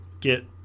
get